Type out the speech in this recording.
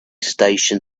station